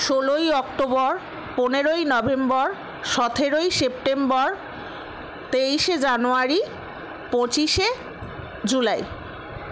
ষোলোই অক্টোবর পনেরোই নভেম্বর সতেরোই সেপ্টেম্বর তেইশে জানুয়ারি পঁচিশে জুলাই